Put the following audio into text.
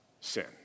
Sin